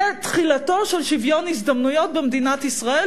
זה תחילתו של שוויון הזדמנויות במדינת ישראל,